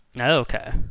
Okay